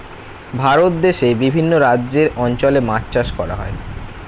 ভারত দেশে বিভিন্ন রাজ্যের অঞ্চলে মাছ চাষ করা